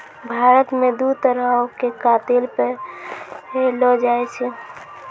भारत मे दु तरहो के कातिल पैएलो जाय छै